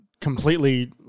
completely